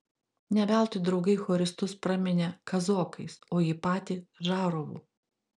ne veltui draugai choristus praminė kazokais o jį patį žarovu